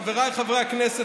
חבריי חברי הכנסת,